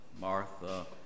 Martha